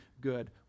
good